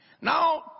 Now